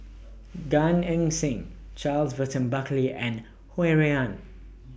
Gan Eng Seng Charles Burton Buckley and Ho Rui An